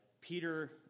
Peter